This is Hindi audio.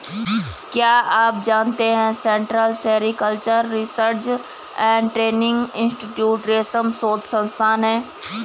क्या आप जानते है central sericultural research and training institute रेशम शोध संस्थान है?